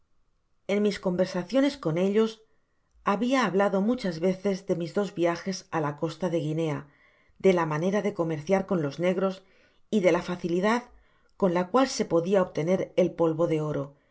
ea mis conversaciones con ellos habia hablado muchas veces de mis dos viajes á la costa de guinea de la manera de comerciar con los negros y de la facilidad con la cual se podia obtener el polvo de oro